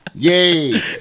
Yay